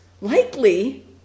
likely